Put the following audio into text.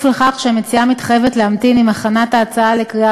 לכך שהמציעה מתחייבת להמתין עם הכנת ההצעה לקריאה